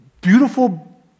beautiful